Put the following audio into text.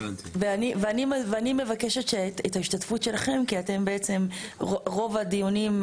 אני מבקשת את ההשתתפות שלכם כי אתם בעצם רוב הדיונים,